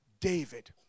David